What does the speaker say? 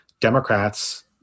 Democrats